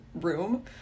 room